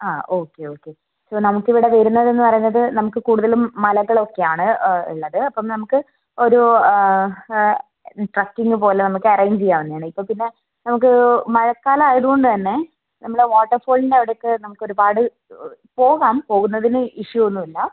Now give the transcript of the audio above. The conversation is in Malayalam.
ആ ഓക്കെ ഓക്കെ ഇപ്പം നമുക്കിവിടെ വരുന്നതെന്ന് പറയുന്നത് നമുക്ക് കൂടുതലും മലകളൊക്കെയാണ് ഉള്ളത് അപ്പം നമുക്ക് ഒരു ഒരു ട്രക്കിങ് പോലെ നമുക്ക് അറേഞ്ച് ചെയ്യാവുന്നതാണ് ഇപ്പം പിന്നെ നമുക്ക് മഴക്കാലം ആയതുകൊണ്ട് തന്നെ നമ്മൾ വാട്ടർഫോളിൻ്റെ അവിടെ ഒക്കെ നമുക്ക് ഒരുപാട് പോകാം പോകുന്നതിന് ഇഷ്യൂ ഒന്നുമില്ല